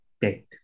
date